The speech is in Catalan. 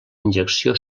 injecció